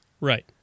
Right